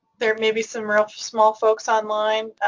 there maybe some real small folks online,